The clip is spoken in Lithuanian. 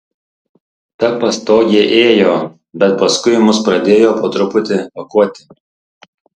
ta pastogė ėjo bet paskui mus pradėjo po truputį pakuoti